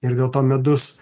ir dėl to medus